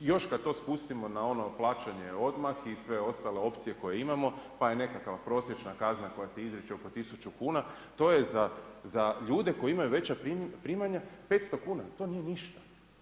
Još kad to spustimo na ono plaćanje odmah i sve ostale opcije koje imamo pa je neka prosječna kazna koja se izriče oko 1000 kuna, to je za ljude koji imaju veća primanja 500 kuna, to nije ništa.